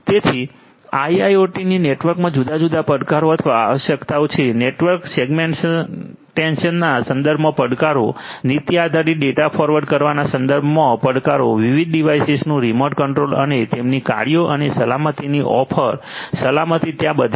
તેથી આઇઆઈઓટી નેટવર્કમાં જુદા જુદા પડકારો અથવા આવશ્યકતાઓ છે નેટવર્ક સેગમેન્ટેશનના સંદર્ભમાં પડકારો નીતિ આધારિત ડેટા ફોરવર્ડ કરવાના સંદર્ભમાં પડકારો વિવિધ ડિવાઇસીસનું રિમોટ કંટ્રોલ અને તેમની કાર્યો અને સલામતીની ઓફર સલામતી ત્યાં બધી છે